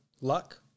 luck